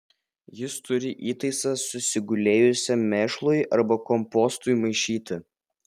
jis turi įtaisą susigulėjusiam mėšlui arba kompostui maišyti